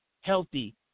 healthy